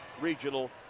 Regional